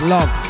Love